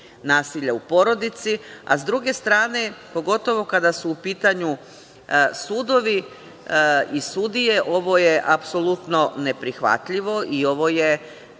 nasilja u porodici, a sa druge strane, pogotovo kada su u pitanju sudovi i sudije, ovo je apsolutno neprihvatljivo, i ovo je,